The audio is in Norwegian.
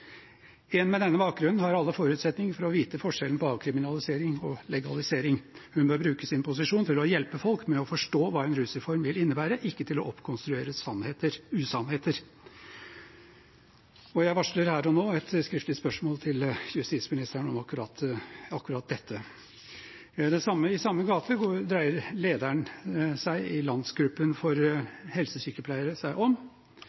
En med denne bakgrunnen har alle forutsetninger for å vite forskjellen mellom avkriminalisering og legalisering. Hun bør bruke sin posisjon til å hjelpe folk med å forstå hva en rusreform vil innebære, ikke til å oppkonstruere usannheter. Jeg varsler her og nå et skriftlig spørsmål til justisministeren om akkurat dette. I samme gate går lederen for landsgruppen for